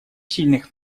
сильных